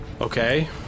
okay